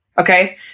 Okay